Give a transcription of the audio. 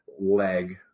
leg